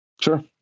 sure